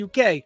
UK